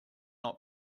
not